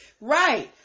Right